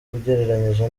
ugereranyije